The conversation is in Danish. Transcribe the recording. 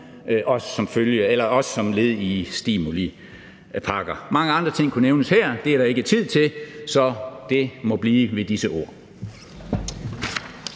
også som led i stimulipakker. Mange andre ting kunne nævnes her, men det er der ikke tid til, så det må blive ved disse ord.